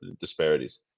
disparities